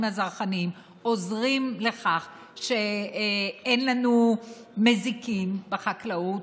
הזרחניים עוזרים לכך שאין לנו מזיקים בחקלאות,